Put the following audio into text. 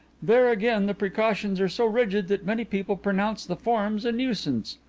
there again the precautions are so rigid that many people pronounce the forms a nuisance.